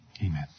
Amen